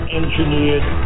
engineered